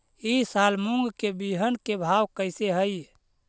ई साल मूंग के बिहन के भाव कैसे हई?